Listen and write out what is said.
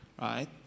right